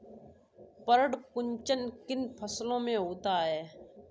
पर्ण कुंचन किन फसलों में होता है?